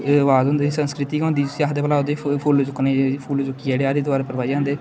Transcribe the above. रिबाज होंदे संस्कृति गै होंदी जिस्सी आखदे भला ओह्दे फु फुल्ल चुक्कने फुल्ल चुक्कियै जेह्ड़े हरिद्बार परबाई औंदे